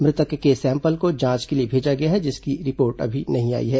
मृतक के सैंपल को जांच के लिए भेजा गया है जिसकी रिपोर्ट अभी नहीं आई है